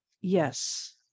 yes